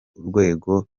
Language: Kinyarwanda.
urwego